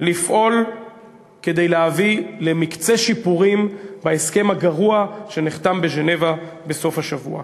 לפעול כדי להביא למקצה שיפורים בהסכם הגרוע שנחתם בז'נבה בסוף השבוע.